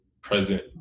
present